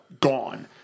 gone